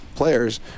Players